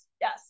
Yes